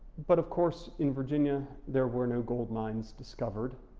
but of course, in virginia, there were no gold mines discovered,